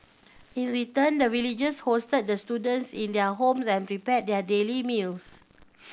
in return the villagers hosted the students in their homes and prepared their daily meals